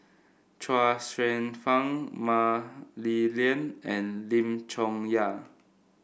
Chuang Hsueh Fang Mah Li Lian and Lim Chong Yah